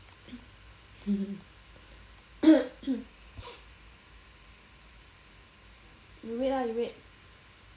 you wait ah you wait